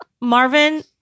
Marvin